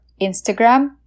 Instagram